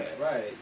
Right